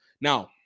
Now